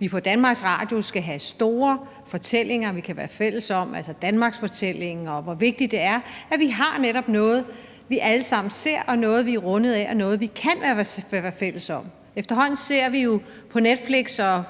vi på Danmarks Radio skal have store fortællinger, altså fortællingen om Danmark, og hvor vigtigt det er, at vi netop har noget, vi alle sammen ser, noget, vi er rundet af, noget, vi kan være fælles om. Efterhånden ser vi jo